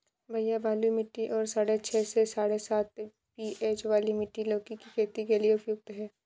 भैया बलुई मिट्टी और साढ़े छह से साढ़े सात पी.एच वाली मिट्टी लौकी की खेती के लिए उपयुक्त है